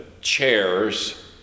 chairs